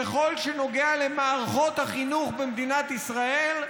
ככל שזה נוגע למערכות החינוך במדינת ישראל,